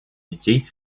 детей